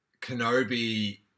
Kenobi